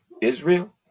israel